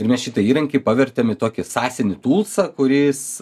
ir mes šitą įrankį pavertėm į tokį sąsiuvinį tūlsą kuris